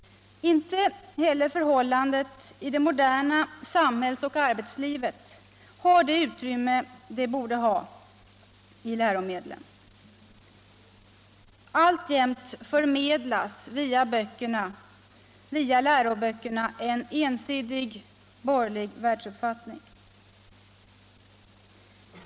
Inte heller förhållandena i det moderna samhällsoch arbetslivet har det utrymme de borde ha i läromedlen. Alltjämt förmedlas via läroböckerna en ensidig borgerlig världsuppfattning.